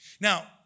Now